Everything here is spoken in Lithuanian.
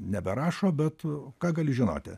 neberašo bet o ką gali žinoti